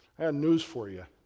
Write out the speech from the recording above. and news for you.